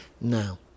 now